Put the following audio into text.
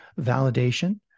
validation